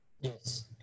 Yes